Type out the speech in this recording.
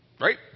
Right